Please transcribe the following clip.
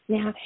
Now